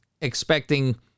expecting